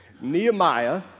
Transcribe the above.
Nehemiah